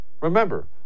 Remember